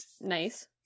nice